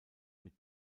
mit